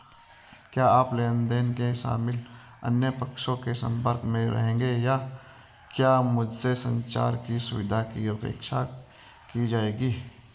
क्या आप लेन देन में शामिल अन्य पक्षों के संपर्क में रहेंगे या क्या मुझसे संचार की सुविधा की अपेक्षा की जाएगी?